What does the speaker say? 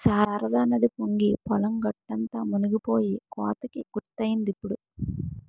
శారదానది పొంగి పొలం గట్టంతా మునిపోయి కోతకి గురైందిప్పుడు